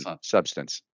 substance